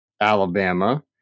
Alabama